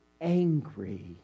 angry